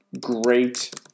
Great